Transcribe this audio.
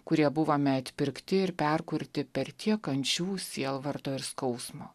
kurie buvome atpirkti ir perkurti per tiek kančių sielvarto ir skausmo